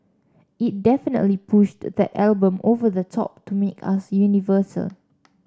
it definitely pushed that album over the top to make us universal